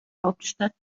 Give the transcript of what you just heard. hauptstadt